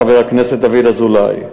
חבר הכנסת דוד אזולאי.